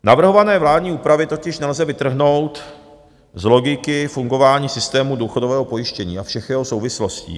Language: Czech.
Navrhované vládní úpravy totiž nelze vytrhnout z logiky fungování systému důchodového pojištění a všech jeho souvislostí.